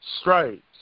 stripes